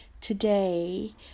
today